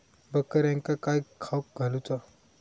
बकऱ्यांका काय खावक घालूचा?